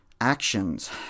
actions